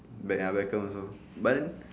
beck~ uh beckham also but then